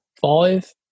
five